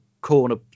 corner